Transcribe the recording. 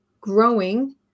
growing